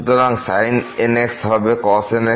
সুতরাং sin nx হবে cos nx